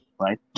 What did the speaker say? Right